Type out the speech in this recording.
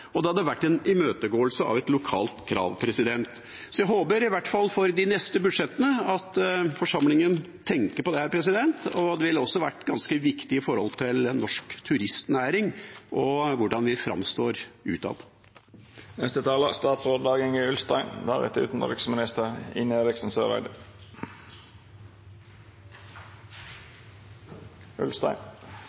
og det hadde vært en imøtegåelse av et lokalt krav. Så jeg håper at forsamlingen tenker på dette i hvert fall for de neste budsjettene, og det ville også vært ganske viktig i forhold til en norsk turistnæring og hvordan vi framstår